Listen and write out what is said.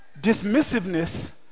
dismissiveness